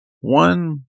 one